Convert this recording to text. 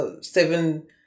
seven